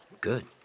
Good